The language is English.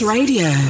Radio